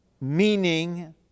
meaning